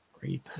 Great